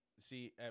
See